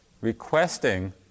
requesting